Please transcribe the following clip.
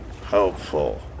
Hopeful